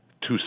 two